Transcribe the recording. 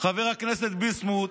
חבר הכנסת ביסמוט,